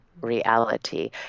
reality